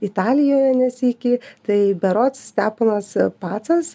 italijoje ne sykį tai berods steponas pacas